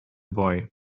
boy